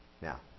Now